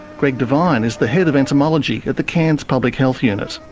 greg devine is the head of entomology at the cairns public health unit.